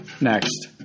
Next